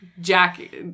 jack